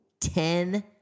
Ten